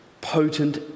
potent